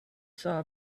saw